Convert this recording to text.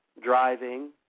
driving